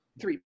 three